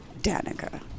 danica